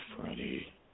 Freddie